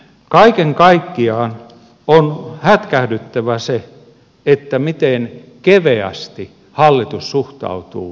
kaiken kaikkiaan on hätkähdyttävää se miten keveästi hallitus suhtautuu kansanvaltaan